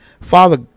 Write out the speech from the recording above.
Father